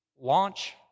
launch